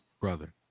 Brother